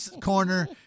corner